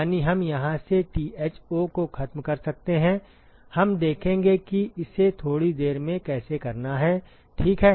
यानी हम यहां से Tho को खत्म कर सकते हैं हम देखेंगे कि इसे थोड़ी देर में कैसे करना है ठीक है